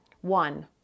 One